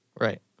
Right